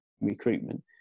recruitment